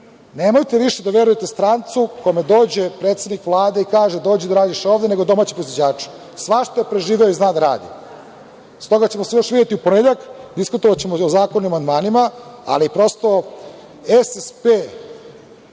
Nemojte više da verujete strancu kome dođe predsednik Vlade i kaže – dođi da radiš ovde, nego domaćem proizvođaču, svašta je preživeo i zna da radi. Stoga ćemo se još videti u ponedeljak, diskutovaćemo o zakonu amandmanima, ali prosto, SSP